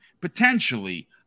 potentially